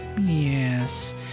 Yes